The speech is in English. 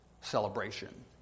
celebration